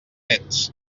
ets